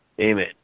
Amen